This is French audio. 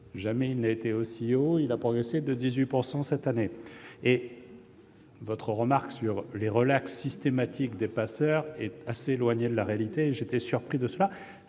Jamais il n'a été aussi haut, puisqu'il a progressé de 18 % cette année. Votre remarque sur les relaxes systématiques de passeurs est assez éloignée de la réalité, et j'en ai été surpris. Je